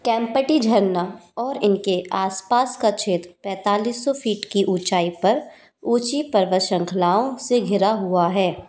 केम्प्टी झरना और इनके आस पास का क्षेत्र पैतालीस सौ फ़ीट की ऊँचाई पर ऊँची पर्वत श्रखलाओं से घिरा हुआ है